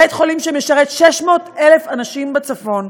בית-חולים שמשרת 600,000 אנשים בצפון,